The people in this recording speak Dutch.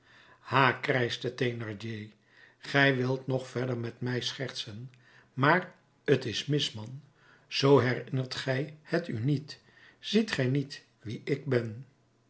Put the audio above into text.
ha krijschte thénardier gij wilt nog verder met mij schertsen maar t is mis man zoo herinnert gij het u niet ziet gij niet wie ik ben